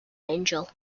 angel